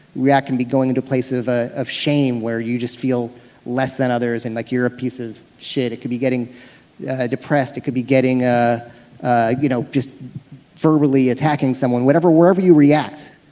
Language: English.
react can be going into place of ah of shame where you just feel less than others and like you're a piece of shit. it could be getting depressed. it could be getting ah ah you know just fervently attacking someone. wherever wherever you react,